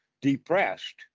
depressed